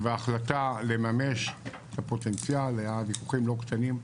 ההחלטה לממש את הפוטנציאל, היה ויכוחים לא קטנים.